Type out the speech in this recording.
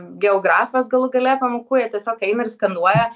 geografijos galų gale pamokų jie tiesiog eina ir skanduoja